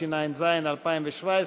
תשע"ז 2017,